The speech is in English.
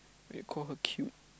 eh call her cute